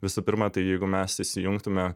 visų pirma tai jeigu mes įsijungtume